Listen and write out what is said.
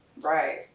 Right